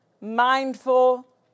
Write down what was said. mindful